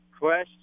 question